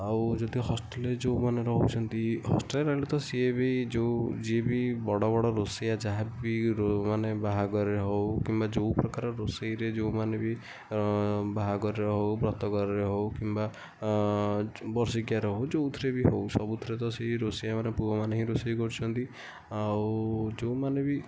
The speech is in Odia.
ଆଉ ହଷ୍ଟେଲରେ ଯେଉଁମାନେ ରହୁଛନ୍ତି ହଷ୍ଟେଲରେ ରହିଲେ ତ ସିଏବି ଯେଉଁ ଯିଏବି ବଡ଼ ବଡ଼ ରୋଷାଇଆ ଯାହାବି ମାନେ ବାହାଘରରେ ହଉ କିମ୍ବା ଯେଉଁ ପ୍ରକାର ରୋଷେଇରେ ଯେଉଁମାନେ ବି ବାହାଘରରେ ହଉ ବ୍ରତଘରରେ ହଉ କିମ୍ବା ବର୍ଷିକିଆରେ ହଉ ଯେଉଁଥିରେ ବି ହଉ ସବୁଥିରେ ତ ସେଇ ରୋଷାଇଆ ମାନେ ପୁଅମାନେ ହିଁ ରୋଷେଇ କରୁଛନ୍ତି ଆଉ ଯେଉଁମାନେ ବି